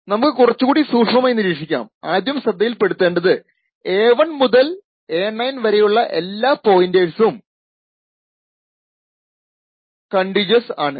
നമുക്ക് കുറച്ചുകൂടി സൂക്ഷ്മമായി നിരീക്ഷിക്കാം ആദ്യം ശ്രദ്ധയിൽ പെടുത്തേണ്ടത് a1 മുതൽ a9 വരെയുള്ള എല്ലാ പോയിന്റേഴ്സും കണ്ടിഗുവെസ് ആണ്